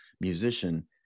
musician